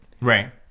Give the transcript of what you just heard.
right